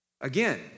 Again